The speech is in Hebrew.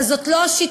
אבל זאת לא השיטה.